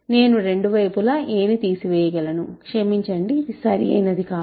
నేను రెండు వైపులా a ని తీసివేయగలనుక్షమించండి ఇది సరైనది కాదు